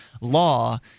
law